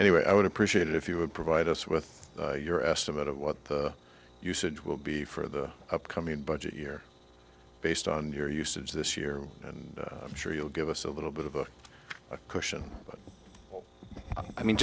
anyway i would appreciate if you would provide us with your estimate of what the usage will be for the upcoming budget year based on your usage this year and i'm sure you'll give us a little bit of a cushion but i mean